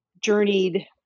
journeyed